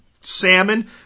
salmon